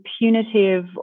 punitive